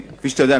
כפי שאתה יודע,